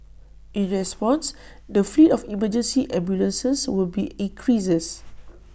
in response the fleet of emergency ambulances will be increased